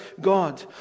God